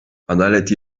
adalet